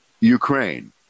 Ukraine